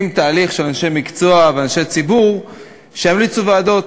עם תהליך של אנשי מקצוע ואנשי ציבור שימליצו עליו הוועדות.